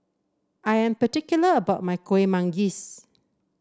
I am particular about my Kueh Manggis